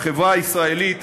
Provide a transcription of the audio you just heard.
בחברה הישראלית,